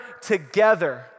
together